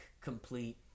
complete